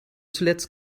zuletzt